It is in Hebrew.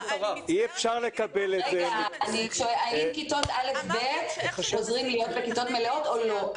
השלישי האם כיתות א'-ב' חוזרות להיות בכיתות מלאות או לא.